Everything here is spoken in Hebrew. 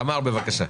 תמר, בבקשה.